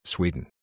Sweden